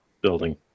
building